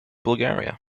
bulgaria